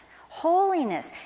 holiness